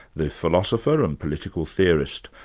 the philosopher and political theorist,